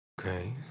okay